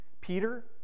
Peter